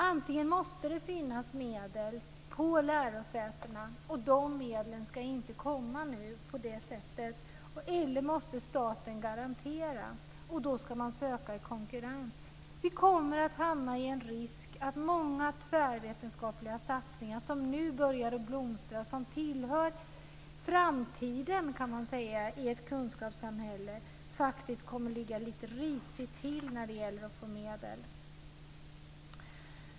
Antingen måste det finnas medel på lärosätena, och de medlen ska nu inte komma fram, eller så måste staten garantera medlen, och då måste ansökan ske i konkurrens. Vi kommer att riskera att många tvärvetenskapliga satsningar, som nu börjar att blomstra, som tillhör framtiden i ett kunskapssamhälle, kommer att ligga risigt till för att få medel.